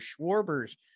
Schwarbers